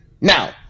Now